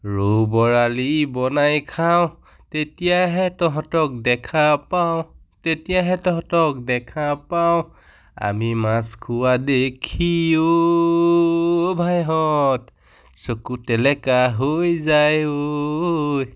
ৰৌ বৰালি বনাই খাওঁ তেতিয়াহে তহঁতক দেখা পাওঁ তেতিয়াহে তহঁতক দেখা পাওঁ আমি মাছ খোৱা দেখি ঐ ভাইহঁত চকু তেলেকা হৈ যায় ঐ